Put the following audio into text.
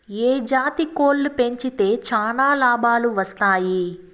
ఏ జాతి కోళ్లు పెంచితే చానా లాభాలు వస్తాయి?